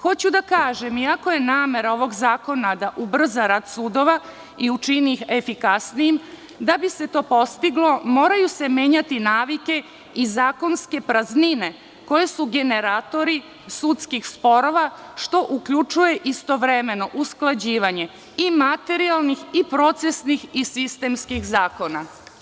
Hoću da kažem, iako je namera ovog zakona da ubrza rad sudova i učini ih efikasnijim, da bi se to postiglo, moraju se menjati navike i zakonske praznine koje su generatori sudskih sporova, što uključuje istovremeno usklađivanje i materijalnih i procesnih i sistemskih zakona.